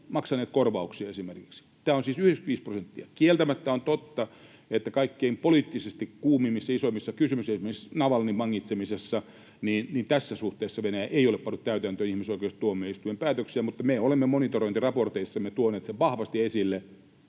maksaneet korvauksia, esimerkiksi. Tämä on siis 95 prosenttia. Kieltämättä on totta, että poliittisesti kaikkein kuumimmissa, isoimmissa kysymyksissä, esimerkiksi Navalnyin vangitsemisessa, tässä suhteessa Venäjä ei ole pannut täytäntöön ihmisoikeustuomioistuimen päätöksiä, mutta me olemme monitorointiraporteissamme tuoneet sen vahvasti esille.